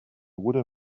would